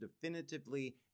definitively